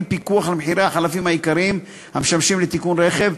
פיקוח על מחירי החלפים העיקריים המשמשים לתיקון רכב,